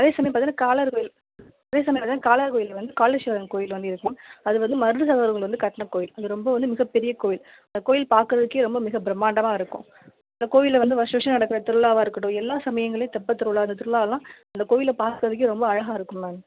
அதே சமயம் பார்த்தீங்கன்னா காளையார்கோவில் அதே சமயம் பார்த்தீங்கன்னா காளையார்கோவில்ல வந்து காளீஸ்வரன் கோவில் வந்து இருக்குது மேம் அது வந்து மருது சகோதர்கள் வந்து கட்டின கோவில் அது ரொம்ப வந்து மிகப் பெரிய கோவில் அந்தக் கோவில் பார்க்கறதுக்கே ரொம்ப மிக பிரமாண்டமாக இருக்கும் அந்த கோவிலில் வந்து வருஷம் வருஷம் நடக்கிற திருவிழாவா இருக்கட்டும் எல்லா சமயங்கள்லேயும் தெப்பத் திருவிழா அந்தத் திருவிழாலாம் அந்தக் கோவில பார்க்கறதுக்கே ரொம்ப அழகாக இருக்கும் மேம்